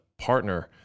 partner